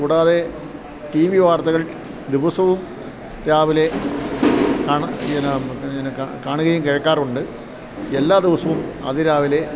കൂടാതെ T V വാർത്തകൾ ദിവസവും രാവിലെ കാണുകയും കേൾക്കാറുണ്ട് എല്ലാ ദിവസവും അതിരാവിലെ